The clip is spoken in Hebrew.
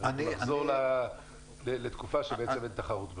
ונחזור לתקופה שבעצם אין תחרות בשוק?